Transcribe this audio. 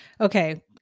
Okay